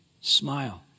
Smile